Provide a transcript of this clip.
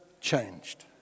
changed